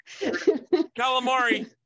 calamari